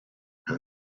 and